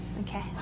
Okay